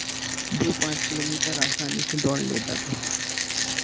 दो पांच किलोमीटर आसानी से दौड़ लेता था